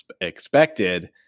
expected